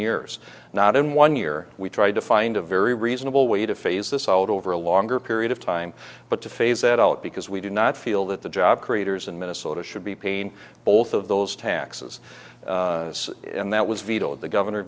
years not in one year we tried to find a very reasonable way to phase this out over a longer period of time but to phase that out because we do not feel that the job creators in minnesota should be pain both of those taxes and that was vetoed the governor